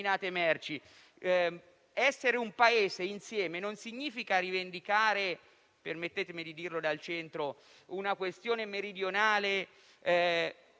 Essere un Paese insieme non significa rivendicare - permettetemi di dirlo dal Centro - una questione meridionale